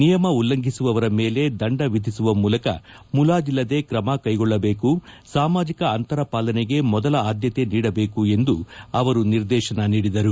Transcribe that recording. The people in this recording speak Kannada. ನಿಯಮ ಉಲ್ಲಂಘಿಸುವವರ ಮೇಲೆ ದಂಡ ವಿಧಿಸುವ ಮೂಲಕ ಮುಲಾಜಿಲ್ಲದೇ ಕ್ರಮ ಕೈಗೊಳ್ಳಬೇಕು ಸಾಮಾಜಿಕ ಅಂತರ ಪಾಲನೆಗೆ ಮೊದಲ ಆದ್ಯತೆ ನೀಡಬೇಕು ಎಂದು ನಿರ್ದೇಶನ ನೀಡಿದರು